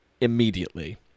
immediately